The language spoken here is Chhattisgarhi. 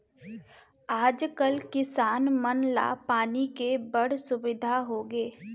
आज कल किसान मन ला पानी के बड़ सुबिधा होगे हे